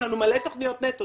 יש לנו מלא תכניות נטו,